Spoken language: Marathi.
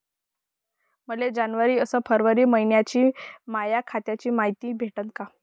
मले जनवरी अस फरवरी मइन्याची माया खात्याची मायती भेटन का?